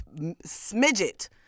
smidget